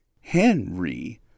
Henry